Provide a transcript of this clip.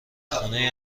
خونه